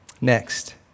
Next